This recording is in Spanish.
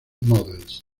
models